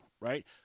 right